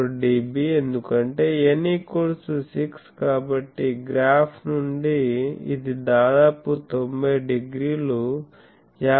74 dB ఎందుకంటే n 6 కాబట్టి graph నుండి ఇది దాదాపు 90 డిగ్రీలు